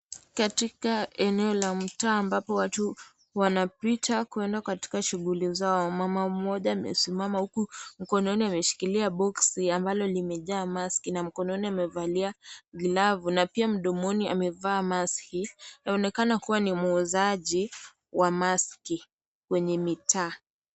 Katika eneo la mtaa ambapo watu wanapita kuenda katika shughuli zao, mama mmoja amesimama huku mkononi ameshikilia boksi ambalo limejaa maski, na mkononi amevalia glove na pia mdomoni amevaa maski. Yaonekana kuwa ni muuzaji wa maski kwenye mitaa.